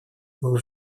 был